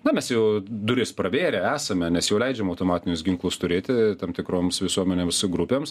na mes jau duris pravėrę esame mes jau leidžiam automatinius ginklus turėti tam tikroms visuomenėms grupėms